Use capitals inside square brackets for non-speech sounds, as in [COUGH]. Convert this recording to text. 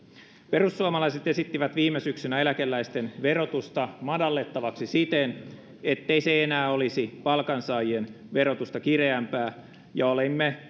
perussuomalaiset esittivät viime syksynä eläkeläisten verotusta madallettavaksi siten ettei se enää olisi palkansaajien verotusta kireämpää ja olimme [UNINTELLIGIBLE]